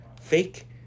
fake